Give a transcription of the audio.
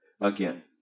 Again